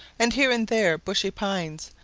and here and there bushy pines,